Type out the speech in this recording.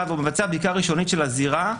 והוא מבצע בדיקה ראשונית של הזירה,